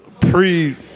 pre